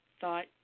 thought